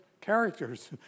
characters